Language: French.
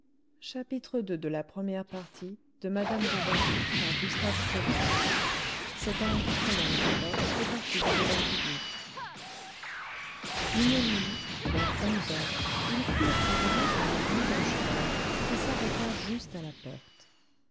une nuit vers onze heures ils furent réveillés par le bruit d'un cheval qui s'arrêta juste à la porte